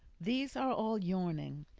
these are all yawning,